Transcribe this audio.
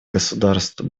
государств